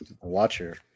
watcher